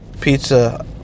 pizza